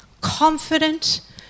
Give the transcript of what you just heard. Confident